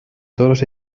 todos